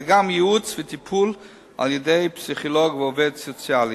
אלא גם ייעוץ וטיפול על-ידי פסיכולוג ועובד סוציאלי.